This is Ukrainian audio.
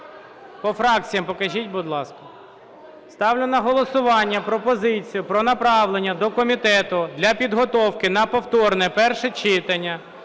По фракціях покажіть, будь ласка. Ставлю на голосування пропозицію про направлення до комітету для підготовки на повторне перше читання